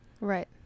Right